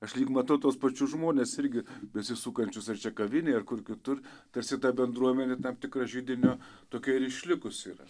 aš lyg matau tuos pačius žmones irgi besisukančius ar čia kavinėj ar kur kitur tarsi ta bendruomenė tam tikra židinio tokia ir išlikusi yra